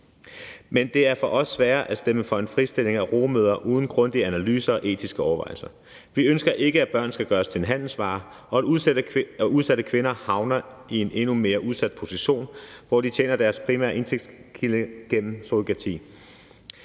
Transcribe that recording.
men det er for os sværere at stemme for en fritstilling af rugemødre uden forudgående grundige analyser og etiske overvejelser. Vi ønsker ikke, at børn skal gøres til en handelsvare, og at udsatte kvinder havner i en endnu mere udsat position, hvor deres primære indtægtskilde er surrogati.